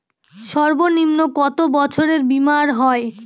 সর্বনিম্ন কত বছরের বীমার হয়?